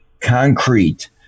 concrete